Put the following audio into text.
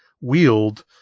wield